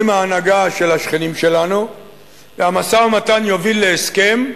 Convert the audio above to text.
ההנהגה של השכנים שלנו והמשא-ומתן יוביל להסכם.